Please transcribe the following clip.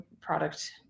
product